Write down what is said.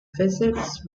visits